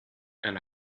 and